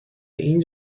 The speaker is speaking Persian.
این